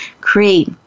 create